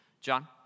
John